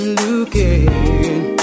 looking